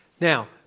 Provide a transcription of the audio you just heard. Now